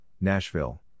Nashville